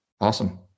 Awesome